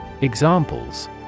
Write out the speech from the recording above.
Examples